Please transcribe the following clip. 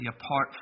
apart